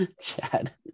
Chad